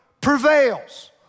prevails